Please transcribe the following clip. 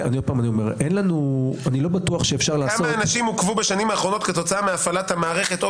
כמה אנשים עוכבו בשנים האחרונות כתוצאה מהפעלת המערכת או